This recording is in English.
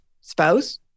spouse